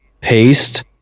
paste